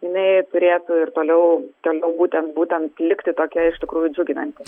jinai turėtų ir toliau ten o būtent būtent likti tokia iš tikrųjų džiuginanti